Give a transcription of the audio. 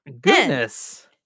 Goodness